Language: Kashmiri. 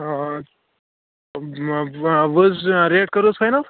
آ ریٹ کٔروٕ حظ فاینل